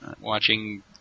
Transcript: watching